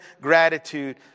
gratitude